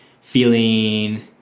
feeling